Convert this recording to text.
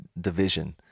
division